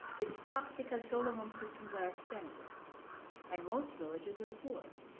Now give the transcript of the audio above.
it's tough because solar home systems are expensive and most villagers are poor.